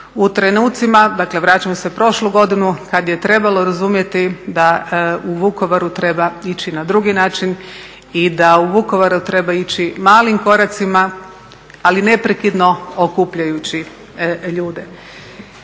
u trenucima, vraćam se u prošlu godinu kada je trebalo razumjeti da u Vukovaru treba ići na drugi način i da u Vukovaru treba ići malim koracima, ali neprekidno okupljajući ljude.